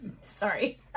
Sorry